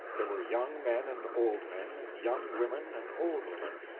there were young men and old men, young women and old women,